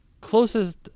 closest